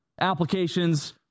applications